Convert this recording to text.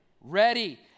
ready